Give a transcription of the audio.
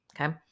Okay